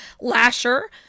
Lasher